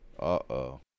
uh-oh